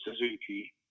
Suzuki